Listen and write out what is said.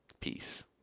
Peace